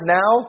now